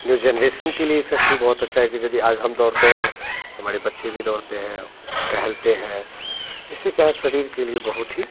new generation के लिए effect भी बहुत अच्छा है कि जल्दी आज हम दौड़ते हैं तो हमारे बच्चे भी दौड़ते हैं टहलते हैं इससे क्या शरीर के लिए बहुत ही